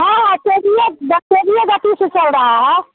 हाँ हाँ तेजिये ग तेजिये गति से चल रहा है